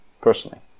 personally